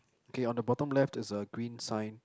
okay on the bottom left is a green sign